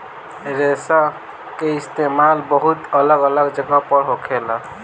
रेशा के इस्तेमाल बहुत अलग अलग जगह पर होखेला